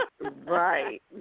right